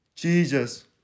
Jesus